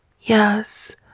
yes